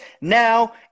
Now